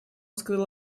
сказал